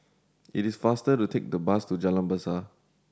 it is faster to take the bus to Jalan Besar